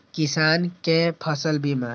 किसान कै फसल बीमा?